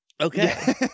Okay